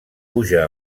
puja